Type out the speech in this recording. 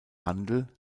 handel